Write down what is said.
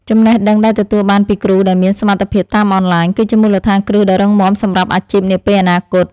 ចំណេះដឹងដែលទទួលបានពីគ្រូដែលមានសមត្ថភាពតាមអនឡាញ គឺជាមូលដ្ឋានគ្រឹះដ៏រឹងមាំសម្រាប់អាជីពនាពេលអនាគត។